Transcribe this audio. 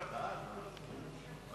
ההצעה להעביר את